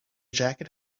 jacket